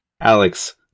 Alex